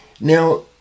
Now